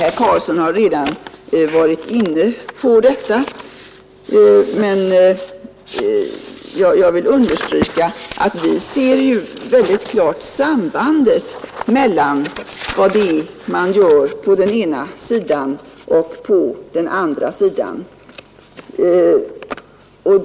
Herr Karlsson i Huskvarna har redan berört detta, men jag vill understryka att vi väldigt klart ser sambandet mellan vad man gör på den ena sidan och vad man gör på den andra.